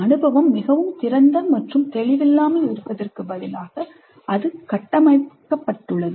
அனுபவம் மிகவும் திறந்த மற்றும் தெளிவில்லாமல் இருப்பதற்குப் பதிலாக அது 'கட்டமைக்கப்பட்டுள்ளது